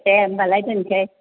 दे होनबाला दोनसै